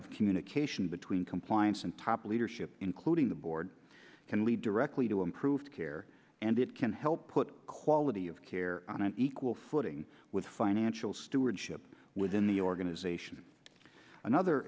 of communication between compliance and top leadership including the board can lead directly to improved care and it can help put quality of care on an equal footing with financial stewardship within the organization another